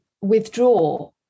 withdraw